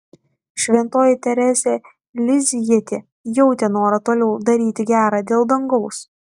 šventoji teresė lizjietė jautė norą toliau daryti gera dėl dangaus